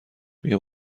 بیا